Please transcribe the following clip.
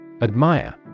Admire